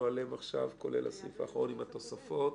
עליהם עכשיו כולל הסעיף האחרון עם התוספות?